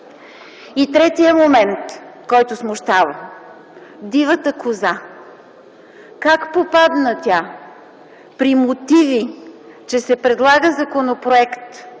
И третият момент, който смущава – Дивата коза! Как попадна тя при мотиви, че се предлага законопроект,